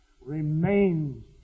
remains